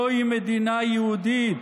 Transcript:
זוהי מדינה יהודית,